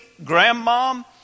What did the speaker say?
Grandmom